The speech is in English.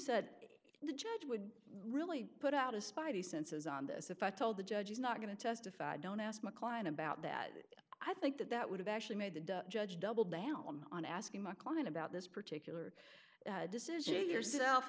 said the judge would really put out a spidey senses on this if i told the judge is not going to testify i don't ask my client about that i think that that would have actually made the judge double down on asking my client about this particular decision yourself